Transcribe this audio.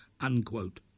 unquote